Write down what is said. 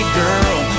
girl